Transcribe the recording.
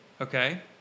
okay